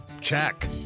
check